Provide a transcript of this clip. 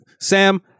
Sam